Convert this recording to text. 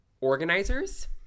organizers